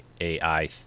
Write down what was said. AI